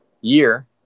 year